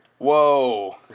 Whoa